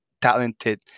talented